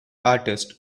artist